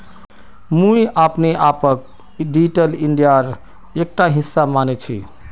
मुई अपने आपक डिजिटल इंडियार एकटा हिस्सा माने छि